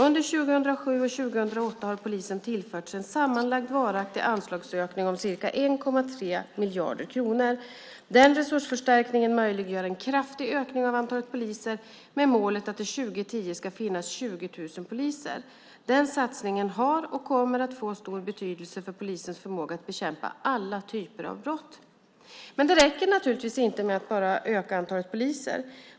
Under 2007 och 2008 har polisen tillförts en sammanlagd varaktig anslagsökning om ca 1,3 miljarder kronor. Denna resursförstärkning möjliggör en kraftig ökning av antalet poliser, med målet att det 2010 ska finnas 20 000 poliser. Denna satsning har och kommer att få stor betydelse för polisens förmåga att bekämpa alla typer av brott. Det räcker självklart inte att bara öka antalet poliser.